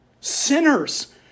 sinners